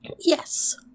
Yes